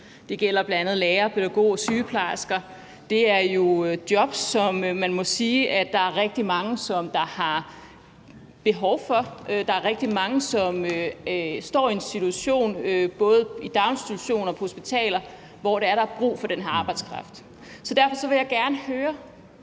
Det gælder bl.a. lærere, pædagoger og sygeplejersker. Det er jo jobs, som man må sige at der er rigtig mange, som har behov for. Der er rigtig mange, som står i en situation, både i daginstitutioner og på hospitaler, hvor der er brug for den her arbejdskraft. Derfor vil jeg gerne høre